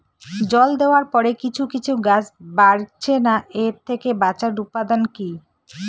জল দেওয়ার পরে কিছু কিছু গাছ বাড়ছে না এর থেকে বাঁচার উপাদান কী?